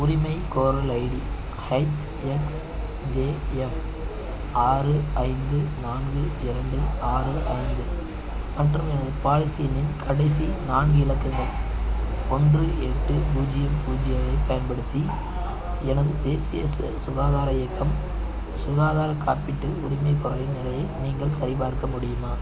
உரிமைகோரல் ID H X J F ஆறு ஐந்து நான்கு இரண்டு ஆறு ஐந்து மற்றும் எனது பாலிசி எண்ணின் கடைசி நான்கு இலக்கங்கள் ஒன்று எட்டு பூஜ்ஜியம் பூஜ்ஜியம் ஐப் பயன்படுத்தி எனது தேசிய சுகாதார இயக்கம் சுகாதார காப்பீட்டு உரிமைகோரலின் நிலையை நீங்கள் சரிபார்க்க முடியுமா